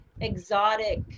exotic